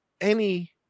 any-